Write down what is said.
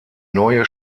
neue